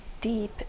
deep